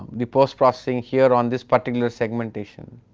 the post processing here on this particular segmentation